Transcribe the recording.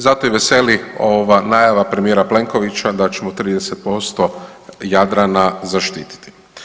Zato i veseli ova najava premijera Plenkovića da ćemo 30% Jadrana zaštiti.